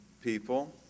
people